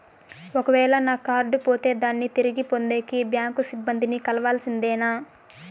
ఒక వేల నా కార్డు పోతే దాన్ని తిరిగి పొందేకి, బ్యాంకు సిబ్బంది ని కలవాల్సిందేనా?